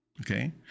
Okay